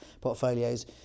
portfolios